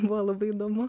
buvo labai įdomu